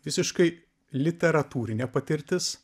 visiškai literatūrinė patirtis